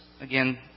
Again